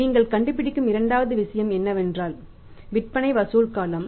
நீங்கள் கண்டுபிடிக்கும் இரண்டாவது விஷயம் என்னவென்றால் விற்பனை வசூல் காலம்